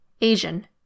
Asian